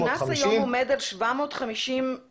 הקנס היום עומד על 750 שקל.